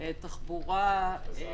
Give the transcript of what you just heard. תחבורה -- אוצר.